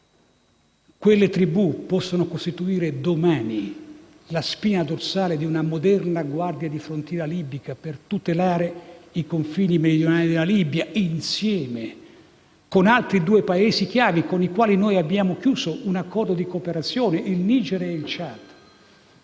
Quelle tribù potranno costituire, domani, la spina dorsale di una moderna guardia di frontiera libica per tutelare i confini meridionali della Libia, insieme con altri due Paesi chiave con i quali abbiamo chiuso un accordo di cooperazione, il Niger e il Ciad.